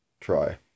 try